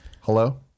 Hello